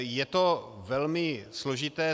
Je to velmi složité.